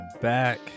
back